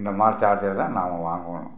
இந்தமாதிரி சார்ஜர் தான் நாம் வாங்கணும்